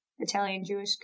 Italian-Jewish